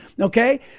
okay